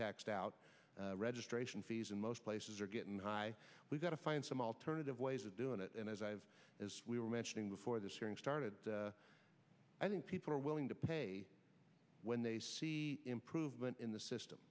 tax out registration fees in most places are getting high we've got to find some alternative ways of doing it and as i have as we were mentioning before this hearing started i think people are willing to pay when they see improvement in the system